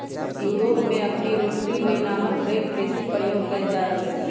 Europe में अखनि rotary रे नामके हे रेक बेशी प्रयोग कएल जा रहल हइ